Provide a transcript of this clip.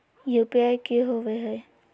UPI की होवे है?